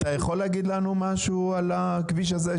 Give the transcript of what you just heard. אתה יכול להגיד לנו משהו על הכביש הזה,